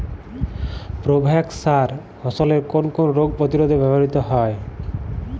Provex সার ফসলের কোন কোন রোগ প্রতিরোধে ব্যবহৃত হয়?